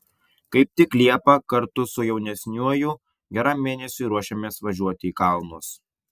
kaip tik liepą kartu su jaunesniuoju geram mėnesiui ruošiamės važiuoti į kalnus